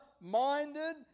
minded